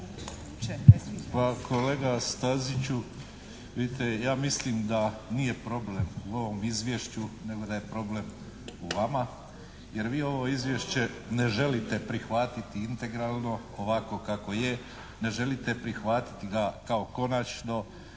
Pa kolega Staziću vidite ja mislim da nije problem u ovom izvješću nego da je problem u vama, jer vi ovo izvješće ne želite prihvatiti integralno ovako kako je, ne želite prihvatiti ga kao konačno,